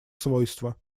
свойства